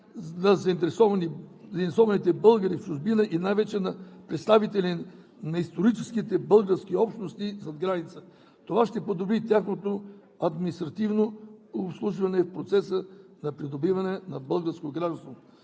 на заинтересованите българи в чужбина и най-вече на представители на историческите български общности зад граница ще се подобри тяхното административно обслужване в процеса на придобиване на българско гражданство.